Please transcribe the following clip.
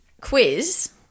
quiz